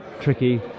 tricky